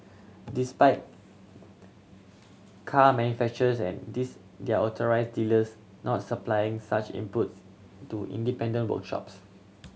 this spite car manufacturers and this their authorise dealers not supplying such inputs to independent workshops